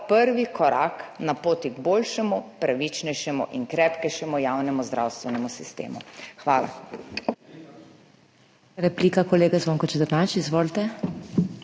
prvi korak na poti k boljšemu, pravičnejšemu in krepkejšemu javnemu zdravstvenemu sistemu. Hvala.